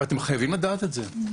ואתם חייבים לדעת את זה.